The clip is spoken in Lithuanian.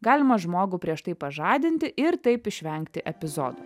galima žmogų prieš tai pažadinti ir taip išvengti epizodų